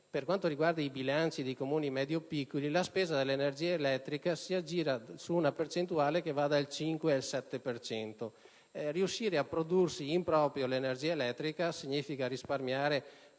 per quanto riguarda i bilanci dei Comuni medio-piccoli, la spesa dell'energia elettrica si aggira su una percentuale che va dal 5 al 7 per cento. Riuscire a produrre in proprio l'energia elettrica significa risparmiare